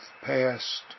past